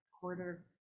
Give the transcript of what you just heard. quarter